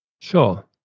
sure